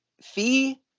fee